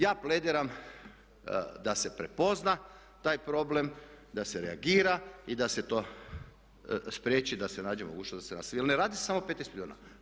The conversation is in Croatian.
Ja plediram da se prepozna taj problem, da se reagira i da se to spriječi da se nađe mogućnost da se … Jer ne radi se samo o 15 milijuna.